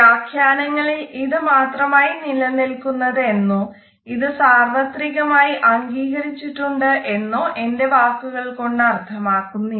വ്യാഖ്യാനങ്ങളിൽ ഇത് മാത്രമാണ് നിലനിൽക്കുന്നത് എന്നോ ഇത് സാർവത്രികമായി അംഗീകരിച്ചിട്ടുണ്ട് എന്നോ എന്റെ വാക്കുകൾ കൊണ്ട് അർഥമാക്കുന്നില്ല